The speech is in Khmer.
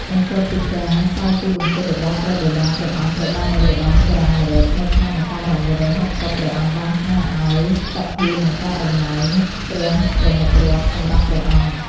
បន្ទាប់ពីការសោយទិវង្គតរបស់ព្រះបិតាព្រះអង្គ ព្រះបាទ នរោត្តម សុរាម្រិត នៅឆ្នាំ ១៩៦០ ព្រះអង្គបានស្នើឱ្យសភាបង្កើតតំណែង ព្រះប្រមុខរដ្ឋ សម្រាប់ព្រះអង្គ។